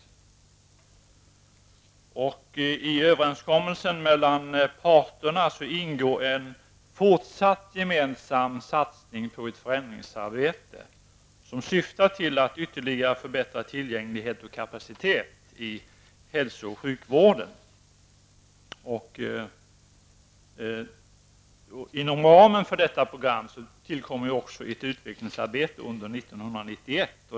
I överenskommelsen mellan parterna ingår en fortsatt gemensam satsning på ett förändringsarbete, som syftar till att ytterligare förbättra tillgänglighet och kapacitet i hälso och sjukvården. Inom ramen för detta program tillkommer också ett utvecklingsarbete under 1991.